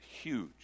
huge